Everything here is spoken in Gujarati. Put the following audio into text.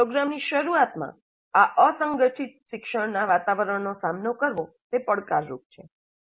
પ્રોગ્રામની શરૂઆતમાં આ અસંગઠિત શિક્ષણના વાતાવરણનો સામનો કરવો તે પડકાર રૂપછે